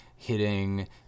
hitting